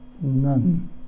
none